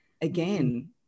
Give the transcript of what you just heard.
Again